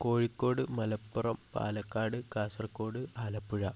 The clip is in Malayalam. കോഴിക്കോട് മലപ്പുറം പാലക്കാട് കാസർഗോഡ് ആലപ്പുഴ